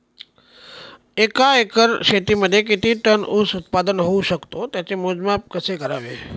एका एकर शेतीमध्ये किती टन ऊस उत्पादन होऊ शकतो? त्याचे मोजमाप कसे करावे?